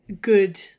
good